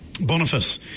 Boniface